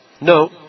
No